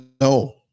No